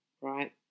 right